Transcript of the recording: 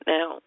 Now